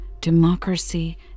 democracy